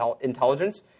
intelligence